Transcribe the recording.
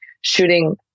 shooting